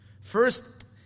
First